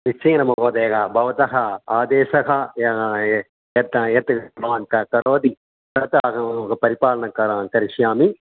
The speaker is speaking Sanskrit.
निश्चयेन महोदय भवतः आदेशः यत् यत् भवान् करोति तत् अहं परिपालनं करो करिष्यामि